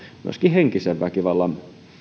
myöskin henkisen väkivallan